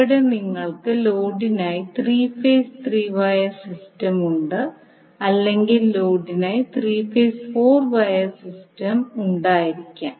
ഇവിടെ നിങ്ങൾക്ക് ലോഡിനായി three phase three wire system ഉണ്ട് അല്ലെങ്കിൽ ലോഡിനായി three phase four wire system ഉണ്ടായിരിക്കാം